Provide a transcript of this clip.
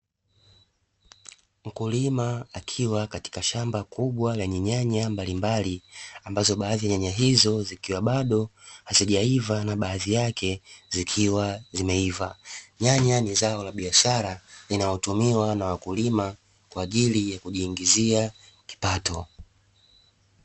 Mkulima akiwa katika shamba kubwa lenye nyanya mbalimbali ambazo baadhi ya nyanya hizo zikiwa bado hazijaiva na baadhi yake zikiwa zimeiva, nyanya ni zao la biashara linalotumiwa na wakulima kwa ajili ya kujiingizia kipato.